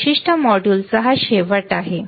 तर या विशिष्ट मॉड्यूलचा हा शेवट आहे